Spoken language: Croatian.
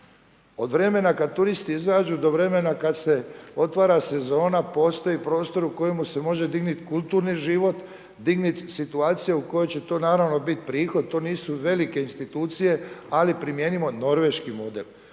Od vremena kad turistu izađu do vremena kad se otvara sezona postoji prostor u kojemu se može dignuti kulturni život, dignut situacija u kojoj će to naravno biti prihod, to nisu velike institucije ali primijenimo norveški model.